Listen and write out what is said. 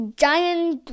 giant